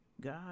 God